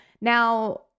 now